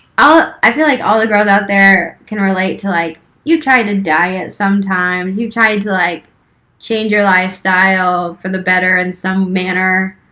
ah i feel like all the girls out there can related to like you try to diet sometimes, you've tried to like change your lifestyle for the better in some manner,